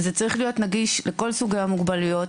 וזה צריך להיות נגיש לכל סוגי המוגבלויות,